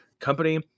Company